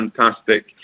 fantastic